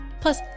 Plus